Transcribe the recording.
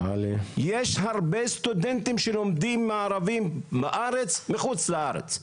יש הרבה סטודנטים שלומדים מהארץ בחוץ לארץ.